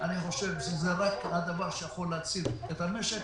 אני חושב שזה דבר שיכול להציל את המשק.